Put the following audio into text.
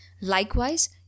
Likewise